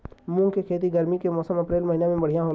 मुंग के खेती गर्मी के मौसम अप्रैल महीना में बढ़ियां होला?